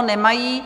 Nemají.